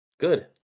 Good